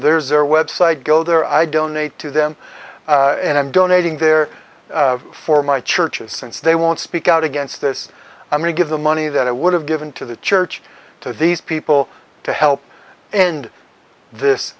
there's a website go there i donate to them and i'm donating their for my church's since they won't speak out against this i'm going to give the money that i would have given to the church to these people to help end this